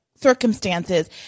circumstances